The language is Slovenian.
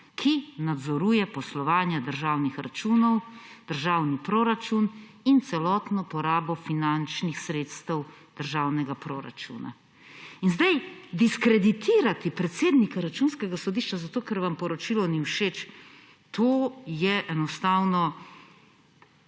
ki nadzoruje poslovanje državnih računov, državni proračun in celotno porabo finančnih sredstev državnega proračuna. In zdaj diskreditirati predsednika Računskega sodišča zato, ker vam poročilo ni všeč, to je enostavno